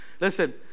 Listen